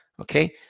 okay